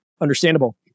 Understandable